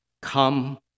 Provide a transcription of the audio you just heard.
come